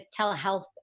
telehealth